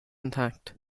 intact